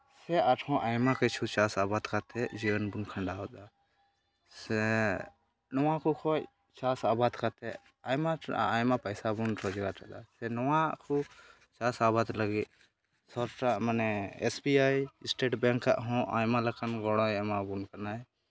ᱥᱮ ᱟᱨᱦᱚᱸ ᱟᱭᱢᱟ ᱠᱤᱪᱷᱩ ᱪᱟᱥ ᱟᱵᱟᱫ ᱠᱟᱛᱮᱫ ᱡᱤᱭᱚᱱ ᱵᱚᱱ ᱠᱷᱟᱱᱰᱟᱣᱫᱟ ᱥᱮ ᱱᱚᱣᱟ ᱠᱚ ᱠᱷᱚᱡ ᱪᱟᱥ ᱟᱵᱟᱫ ᱠᱟᱛᱮᱫ ᱟᱭᱢᱟ ᱟᱭᱢᱟ ᱯᱚᱭᱥᱟ ᱵᱚᱱ ᱨᱳᱡᱽᱜᱟᱨᱫᱟ ᱥᱮ ᱱᱚᱣᱟ ᱠᱚ ᱪᱟᱥ ᱟᱵᱟᱫ ᱞᱟᱹᱜᱤᱫ ᱢᱟᱱᱮ S B I state bank ᱟᱜ ᱦᱚᱸ ᱟᱭᱢᱟ ᱞᱮᱠᱟᱱ ᱜᱚᱲᱚᱭ ᱮᱢᱟᱵᱚᱱ ᱠᱟᱱᱟᱭ